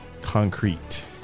concrete